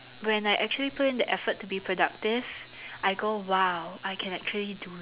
when I actually put in the effort to be productive I go !wow! I can actually do